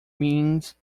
means